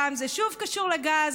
הפעם זה שוב קשור לגז,